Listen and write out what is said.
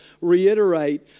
reiterate